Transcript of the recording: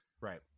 right